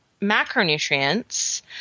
macronutrients